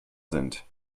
sind